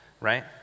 right